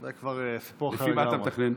זה כבר סיפור אחר לגמרי.